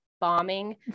bombing